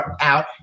out